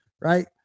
right